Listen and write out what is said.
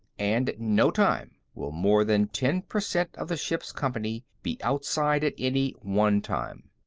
and at no time will more than ten percent of the ship's company be outside at any one time.